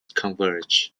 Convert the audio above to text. converge